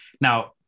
Now